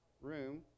room